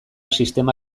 sistema